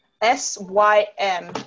S-Y-M